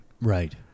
right